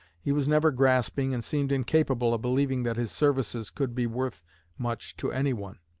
he was never grasping, and seemed incapable of believing that his services could be worth much to anyone.